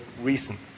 recent